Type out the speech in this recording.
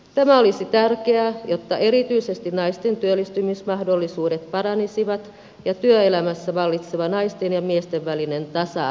tämä olisi tärkeää jotta erityisesti naisten työllistymismahdollisuudet paranisivat ja työelämässä vallitseva naisten ja miesten välinen tasa arvo lisääntyisi